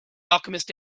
alchemist